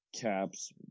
Caps